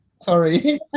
Sorry